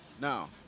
Now